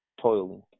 toiling